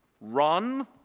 run